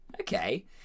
Okay